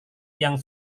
yang